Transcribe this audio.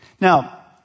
Now